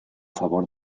favor